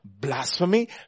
blasphemy